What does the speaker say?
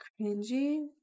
Cringy